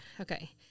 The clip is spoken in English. Okay